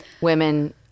women